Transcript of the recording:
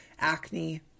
acne